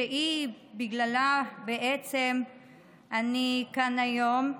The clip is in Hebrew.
שבגללה בעצם אני כאן היום.